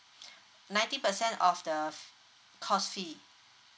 ninety percent off the cost fee